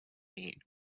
meat